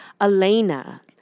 Elena